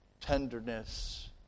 tenderness